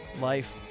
life